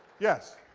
yes.